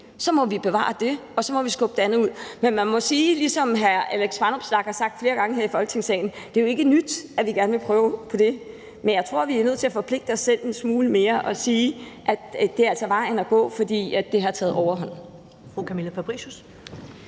der giver mening, og så må vi skubbe det andet ud. Men man må sige, ligesom hr. Alex Vanopslagh har sagt det flere gange her i Folketingssalen, at det jo ikke er nyt, at vi gerne vil prøve på det. Men jeg tror, vi er nødt til at forpligte os selv en smule mere og sige, at det altså er vejen at gå, for det har taget overhånd.